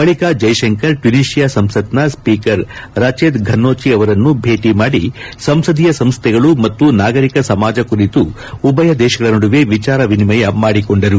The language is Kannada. ಬಳಕ ಜೈಶಂಕರ್ ಟ್ಯುನೀಷಿಯಾದ ಸಂಸತ್ನ ಸ್ವೀಕರ್ ರಜೀದ್ ಫನ್ನೋಚಿ ಅವರನ್ನು ಭೇಟಿ ಮಾಡಿ ಸಂಸದೀಯ ಸಂಸ್ಥೆಗಳು ಮತ್ತು ನಾಗರಿಕ ಸಮಾಜ ಕುರಿತು ಉಭಯ ದೇಶಗಳ ನಡುವೆ ವಿಚಾರ ವಿನಿಮಯ ಮಾಡಿಕೊಂಡರು